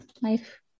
life